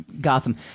Gotham